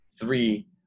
three